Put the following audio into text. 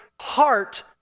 heart